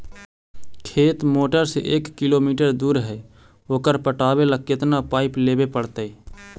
खेत मोटर से एक किलोमीटर दूर है ओकर पटाबे ल केतना पाइप लेबे पड़तै?